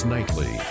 Nightly